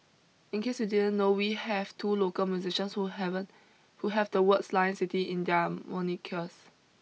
in case you didn't know we have two local musicians who haven't who have the words Lion City in their monikers